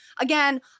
again